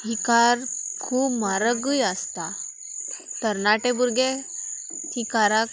ही car खूब म्हारगूय आसता तरणाटे भुरगे ही काराक